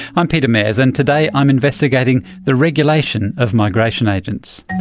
i'm peter mares, and today i'm investigating the regulation of migration agents.